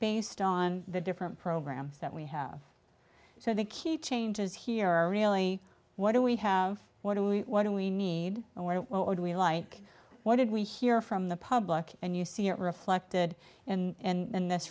based on the different programs that we have so the key changes here are really what do we have what do we what do we need and what would we like what did we hear from the public and you see it reflected in